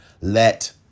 let